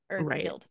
right